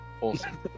Awesome